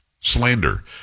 slander